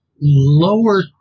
lower